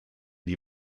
die